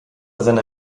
seiner